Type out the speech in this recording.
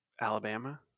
alabama